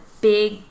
big